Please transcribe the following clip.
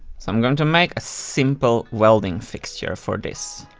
so i'm going to make a simple welding fixture for this.